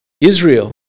Israel